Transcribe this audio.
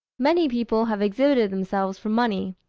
many people have exhibited themselves for money,